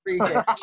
Appreciate